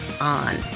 on